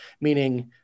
meaning